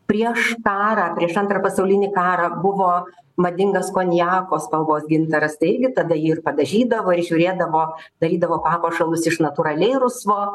prieš karą prieš antrą pasaulinį karą buvo madingas konjako spalvos gintaras taigi irgi tada jį ir padažydavo ir žiūrėdavo darydavo papuošalus iš natūraliai rusvo